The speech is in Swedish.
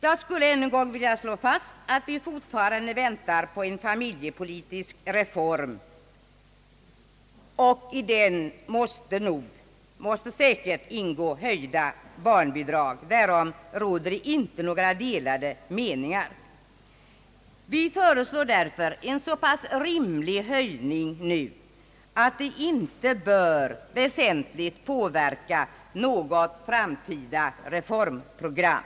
Jag skulle än en gång vilja slå fast att vi fortfarande väntar på en familjepolitisk reform. I denna måste ingå höjda barnbidrag, därom råder inte några delade meningar. Vi föreslår därför en så pass rimlig höjning nu, att den inte bör väsentligt påverka ett framtida reformprogram.